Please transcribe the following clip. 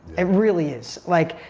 it really is. like,